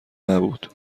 نبود